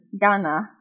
Ghana